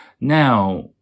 Now